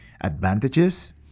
advantages